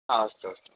हा अस्तु अस्तु